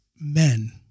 men